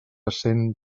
cent